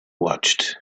watched